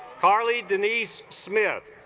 carly denise smith